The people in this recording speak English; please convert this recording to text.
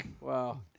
Wow